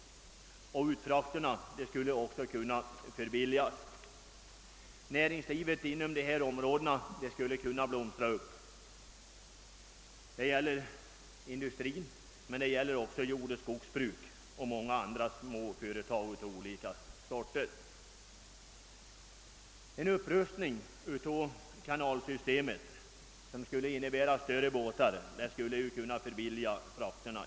Även utfrakterna skulle förbilligas och näringslivet i dessa områden blomstra upp. Detta gäller för industrin men även för jordoch skogsbruket samt för ett stort antal småföretag av olika slag. En upprustning av kanalsystemet som medger användning av större båtar skulle i hög grad förbilliga frakterna.